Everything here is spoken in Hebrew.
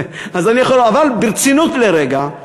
אבל ברצינות לרגע,